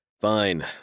Fine